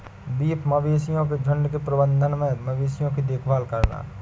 beef मवेशियों के झुंड के प्रबंधन में मवेशियों की देखभाल करना